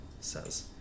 says